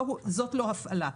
זאת לא הפעלה.